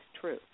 true